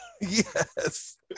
Yes